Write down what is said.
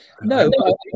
No